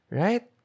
right